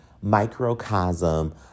microcosm